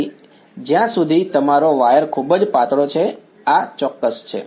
તેથી જ્યાં સુધી તમારો વાયર ખૂબ જ પાતળો છે આ ચોક્કસ છે